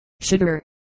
sugar